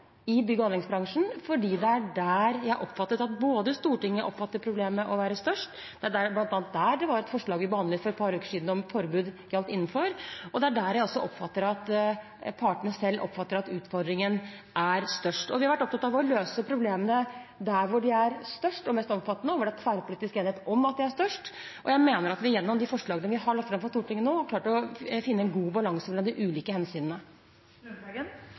i bygg- og anleggsbransjen fordi det er der jeg oppfatter at Stortinget mener problemet er størst. Det var den bransjen forslaget om forbud som vi behandlet for et par uker siden, gjaldt innenfor, og det er der jeg også oppfatter at partene selv oppfatter at utfordringen er størst. Vi har vært opptatt av å løse problemene der de er størst og mest omfattende – og der det er tverrpolitisk enighet om at de er størst – og jeg mener at vi gjennom de forslagene vi har lagt fram for Stortinget nå, har klart å finne en god balanse mellom de ulike hensynene. Det blir oppfølgingsspørsmål – først Per Olaf Lundteigen.